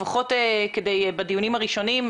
לפחות בדיונים הראשונים,